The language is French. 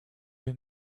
est